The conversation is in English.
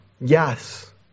Yes